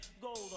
gold